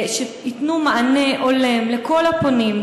ייתנו מענה הולם לכל הפונים,